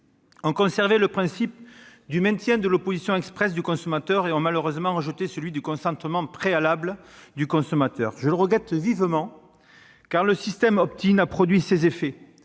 ont conservé le principe du maintien de l'opposition expresse du consommateur, mais ont malheureusement rejeté celui du consentement préalable. Je le regrette vivement, car le système a produit ses effets.